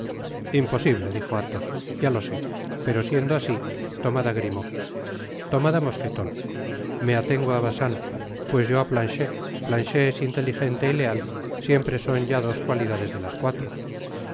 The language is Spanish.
imposible dijo athos ya lo sé pero siendo asi tomad á grimaud tomad á mosqueton me atengo á bacjn pues yo á planchet planchet es inteligente y leal siempre son ya dos cualidades de las cuatro